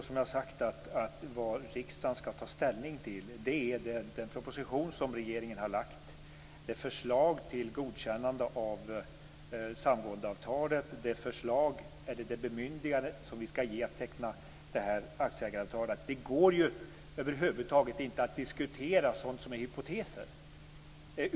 Fru talman! Det riksdagen skall ta ställning till är den proposition som regeringen har lagt fram, förslaget till godkännande av samgåendeavtalet, bemyndigandet vi skall ge för tecknande av aktieägaravtal. Det går över huvud taget inte att diskutera sådant som är hypoteser.